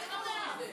בבקשה.